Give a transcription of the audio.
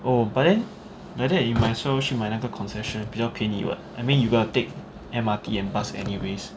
oh but then like that you might as well 去买那个 concession 比较便宜 [what] I mean you got to take M_R_T and bus anyways